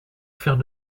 faire